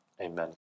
amen